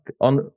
on